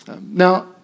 Now